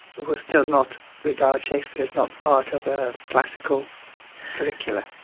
would still not regard shakespeare as not part of a classical curricula.